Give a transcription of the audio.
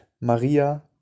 Maria